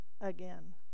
again